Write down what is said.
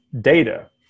data